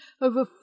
Over